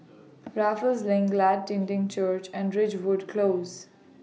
Raffles LINK Glad Tidings Church and Ridgewood Close